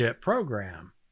program